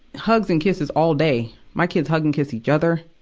hugs and kisses all day. my kids hug and kiss each other,